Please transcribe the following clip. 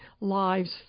lives